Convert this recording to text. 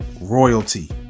royalty